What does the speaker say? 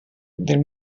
del